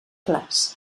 clars